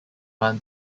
run